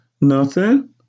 Nothing